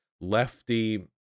lefty